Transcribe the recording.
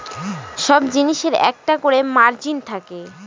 সব জিনিসের একটা করে মার্জিন থাকে